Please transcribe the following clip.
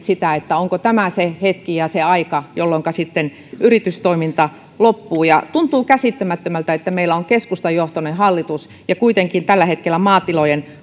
sitä onko tämä se hetki ja se aika jolloinka yritystoiminta loppuu tuntuu käsittämättömältä että meillä on keskustajohtoinen hallitus ja kuitenkin tällä hetkellä maatilojen